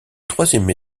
troisième